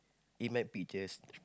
it might be just